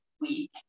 week